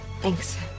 Thanks